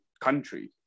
country